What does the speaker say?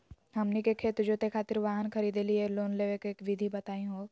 हमनी के खेत जोते खातीर वाहन खरीदे लिये लोन लेवे के विधि बताही हो?